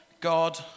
God